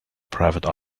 private